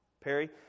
Perry